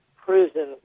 prison